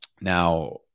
Now